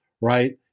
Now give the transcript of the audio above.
right